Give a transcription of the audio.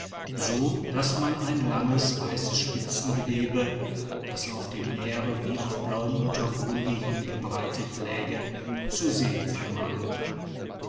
so daß man ein langes weißes spitzengewebe das auf dem meere wie auf blauem untergrunde hingebreitet läge zu sehen